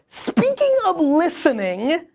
speaking of listening,